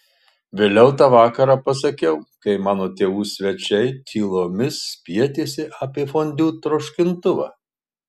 vėliau tą vakarą pasakiau kai mano tėvų svečiai tylomis spietėsi apie fondiu troškintuvą